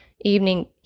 evening